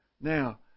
Now